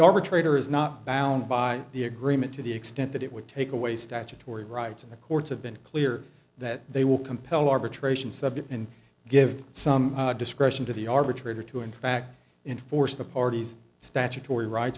arbitrator is not bound by the agreement to the extent that it would take away statutory rights and the courts have been clear that they will compel arbitration subject and give some discretion to the arbitrator to in fact enforce the party's statutory rights